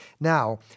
Now